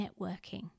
networking